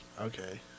Okay